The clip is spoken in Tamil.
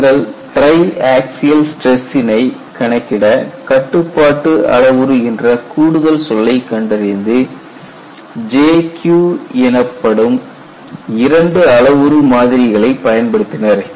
அவர்கள் ட்ரை ஆக்சியல் ஸ்டிரஸ்சினை கணக்கிட கட்டுப்பாட்டு அளவுரு என்ற கூடுதல் சொல்லைக் கண்டறிந்து J Q எனப்படும் இரண்டு அளவுரு மாதிரிகளை பயன்படுத்தினர்